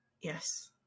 yes